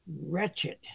wretched